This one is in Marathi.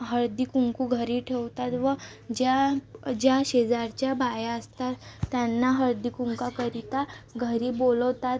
हळदीकुंकू घरी ठेवतात व ज्या ज्या शेजारच्या बाया असतात त्यांना हळदीकुंकाकरिता घरी बोलवतात